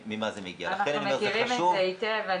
אנחנו מכירים את זה היטב.